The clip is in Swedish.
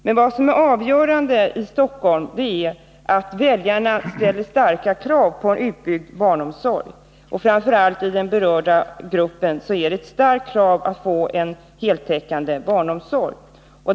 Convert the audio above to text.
Men vad som är avgörande i Stockholm är att väljarna ställer starka krav på en utbyggd barnomsorg. Framför allt i de berörda grupperna är det ett starkt krav att få en heltäckande barnomsorg.